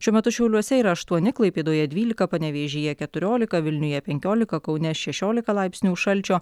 šiuo metu šiauliuose yra aštuoni klaipėdoje dvylika panevėžyje keturiolika vilniuje penkiolika kaune šešiolika laipsnių šalčio